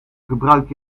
gebruik